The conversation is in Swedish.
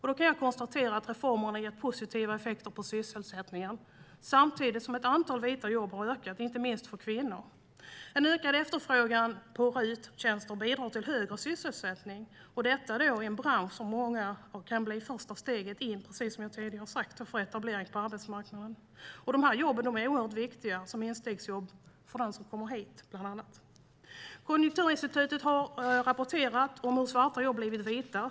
Jag kan konstatera att reformerna har gett positiva effekter på sysselsättningen samtidigt som antalet vita jobb har ökat, inte minst för kvinnor. En ökad efterfrågan på RUT-tjänster bidrar till högre sysselsättning i en bransch som för många kan bli det första steget mot en etablering på arbetsmarknaden. Dessa jobb är oerhört viktiga, bland annat som instegsjobb för dem som kommer hit. Konjunkturinstitutet har rapporterat om hur svarta jobb blivit vita.